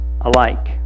alike